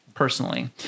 personally